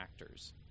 actors